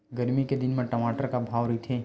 गरमी के दिन म टमाटर का भाव रहिथे?